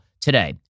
today